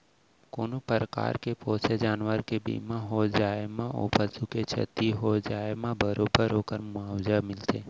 कोनों परकार के पोसे जानवर के बीमा हो जाए म ओ पसु के छति हो जाए म बरोबर ओकर मुवावजा मिलथे